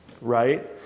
right